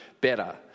better